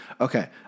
Okay